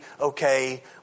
okay